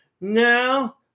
No